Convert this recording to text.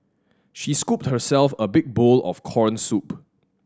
she scooped herself a big bowl of corn soup